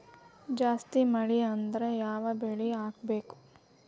ಜಾಸ್ತಿ ಮಳಿ ಆದ್ರ ಯಾವ ಬೆಳಿ ಹಾಕಬೇಕು?